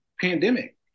pandemic